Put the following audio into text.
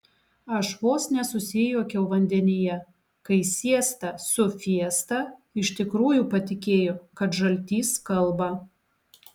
aš vos nesusijuokiau vandenyje kai siesta su fiesta iš tikrųjų patikėjo kad žaltys kalba